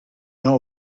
know